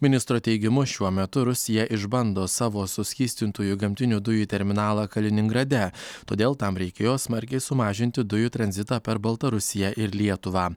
ministro teigimu šiuo metu rusija išbando savo suskystintųjų gamtinių dujų terminalą kaliningrade todėl tam reikėjo smarkiai sumažinti dujų tranzitą per baltarusiją ir lietuvą